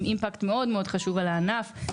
עם Impact מאוד חשוב על הענף.